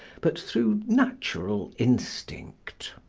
but through natural instinct.